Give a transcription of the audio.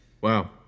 Wow